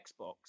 Xbox